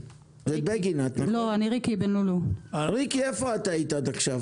ריקי, איפה היית עד עכשיו?